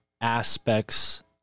aspects